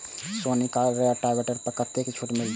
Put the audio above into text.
Sonalika rotavator पर कतेक छूट मिलते?